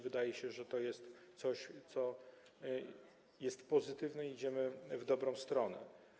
Wydaje się, że to jest coś, co jest pozytywne, i idziemy w dobrą stronę.